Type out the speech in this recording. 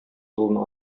юлына